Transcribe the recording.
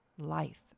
life